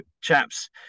chaps